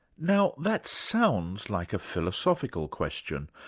now that sounds like a philosophical question,